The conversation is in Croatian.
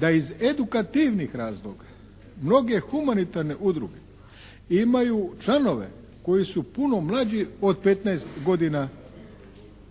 da iz edukativnih razloga mnoge humanitarne udruge imaju članove koji su puno mlađi od petnaest godina